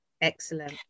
Excellent